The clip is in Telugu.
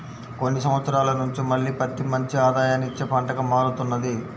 కొన్ని సంవత్సరాల నుంచి మళ్ళీ పత్తి మంచి ఆదాయాన్ని ఇచ్చే పంటగా మారుతున్నది